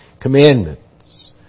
Commandments